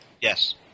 Yes